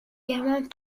gamin